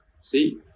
See